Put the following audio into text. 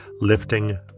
lifting